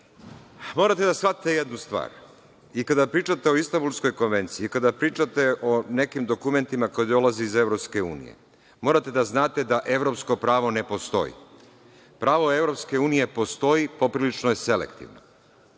pričam. Morate da shvatite jednu stvar i kada pričate o istambulskoj konvenciji i kada pričate o nekim dokumentima koji dolaze iz EU. Morate da znate da evropsko pravo ne postoji. Pravo EU postoji, poprilično je selektivno.